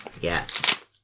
Yes